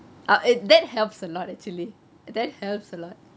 uh that helps a lot actually that helps a lot